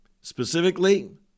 specifically